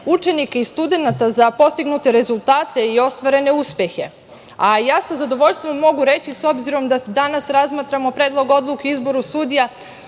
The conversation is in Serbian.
učenika i studenata za postignute rezultate i ostvarene uspehe. Sa zadovoljstvom mogu reći s obzirom da danas razmatramo Predlog odluke o izboru sudija